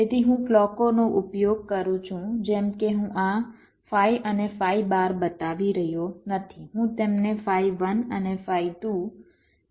તેથી હું ક્લૉકોનો ઉપયોગ કરું છું જેમ કે હું આ ફાઇ અને ફાઇ બાર બતાવી રહ્યો નથી હું તેમને ફાઇ 1 અને ફાઇ 2 ફાઇ 1 અને ફાઇ 2 બતાવી રહ્યો છું